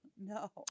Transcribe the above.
No